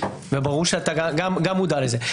וברור שגם אתה מודע לזה.